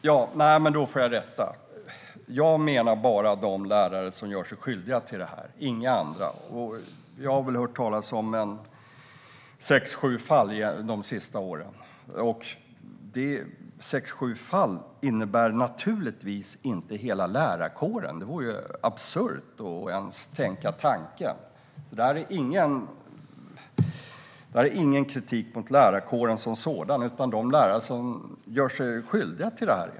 Herr talman! Då får jag rätta. Jag menar bara de lärare som gör sig skyldiga till det här, inga andra. Jag har väl hört talas om en sex sju fall de senaste åren. Sex sju fall innebär naturligtvis inte hela lärarkåren. Det vore absurt att ens tänka den tanken. Det här är ingen kritik mot lärarkåren som sådan, utan det är kritik mot de lärare som gör sig skyldiga till det här.